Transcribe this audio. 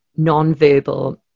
nonverbal